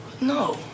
No